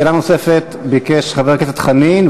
שאלה נוספת ביקש חבר הכנסת חנין,